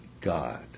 God